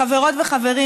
חברות וחברים,